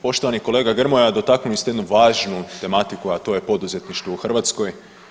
Poštovani kolega Grmoja dotaknuli ste jednu važnu tematiku, a to je poduzetništvo u Hrvatskoj.